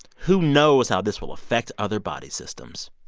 who knows how this will affect other body systems?